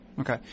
Okay